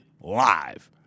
live